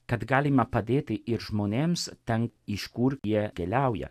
kad galima padėti ir žmonėms ten iš kur jie keliauja